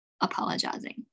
apologizing